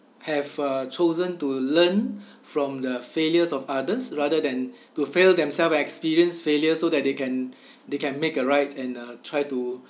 have uh chosen to learn from the failures of others rather than to fail themselves experience failure so that they can they can make a right and uh try to